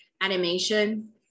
animation